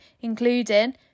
including